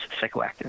psychoactive